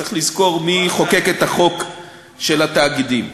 צריך לזכור מי חוקק את החוק של התאגידים.